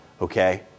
Okay